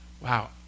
Wow